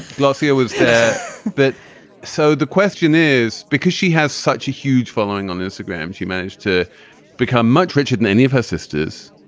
gloria was there yeah but so the question is, because she has such a huge following on instagram, she managed to become much richer than any of her sisters.